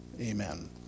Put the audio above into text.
amen